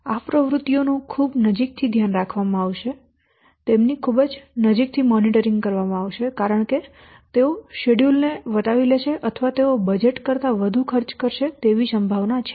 તેથી આ પ્રવૃત્તિઓ નું ખૂબ નજીકથી ધ્યાન આપવામાં આવશે તેમની ખૂબ નજીકથી દેખરેખ રાખવી જોઈએ કારણ કે તેઓ શેડ્યૂલ ને વટાવી લેશે અથવા તેઓ બજેટ કરતાં વધુ ખર્ચ કરશે તેવી સંભાવના છે